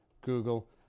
Google